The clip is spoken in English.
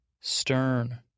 Stern